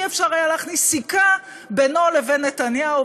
לא היה אפשר להכניס סיכה בינו לבין נתניהו,